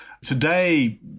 Today